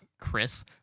Chris